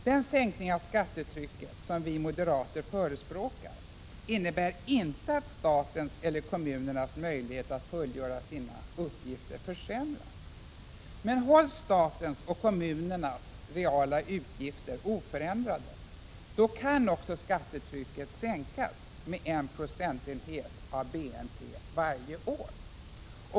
Den sänkning av skattetrycket som vi moderater förespråkar innebär inte att statens eller kommunernas möjlighet att fullgöra sina uppgifter försämras. Hålls statens och kommunernas reala utgifter oförändrade kan skattetrycket sänkas med 1 procentenhet av BNP varje år.